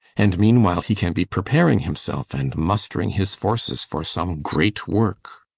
and meanwhile he can be preparing himself and mustering his forces for some great work.